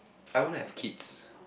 I want to have kids